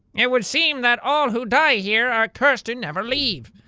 it would seem that all who die here are cursed to never leave.